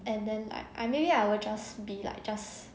and then like I maybe I will just be like just